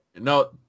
No